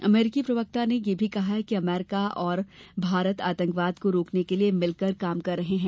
अमरीकी प्रवक्ता ने यह भी कहा कि अमरीका और भारत आतंकवाद को रोकने के लिए मिलकर काम कर रहे हैं